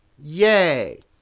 Yay